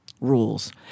rules